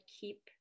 keep